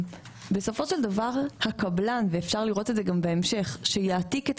בסופו של דבר הקבלן אפשר לראות את זה גם בהמשך שיעתיק את